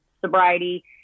sobriety